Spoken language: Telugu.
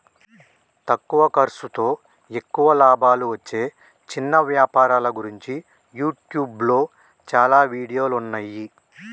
తక్కువ ఖర్సుతో ఎక్కువ లాభాలు వచ్చే చిన్న వ్యాపారాల గురించి యూట్యూబ్లో చాలా వీడియోలున్నయ్యి